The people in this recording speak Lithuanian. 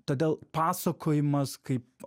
todėl pasakojimas kaip